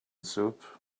soup